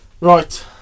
right